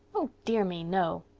oh dear me, no.